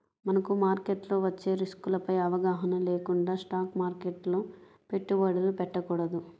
మనకు మార్కెట్లో వచ్చే రిస్కులపై అవగాహన లేకుండా స్టాక్ మార్కెట్లో పెట్టుబడులు పెట్టకూడదు